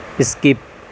skip